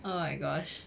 oh my gosh